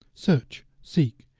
search, seek,